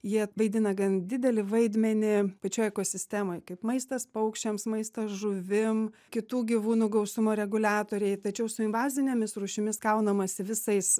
jie vaidina gan didelį vaidmenį šioj ekosistemoj kaip maistas paukščiams maistas žuvim kitų gyvūnų gausumo reguliatoriai tačiau su invazinėmis rūšimis kaunamasi visais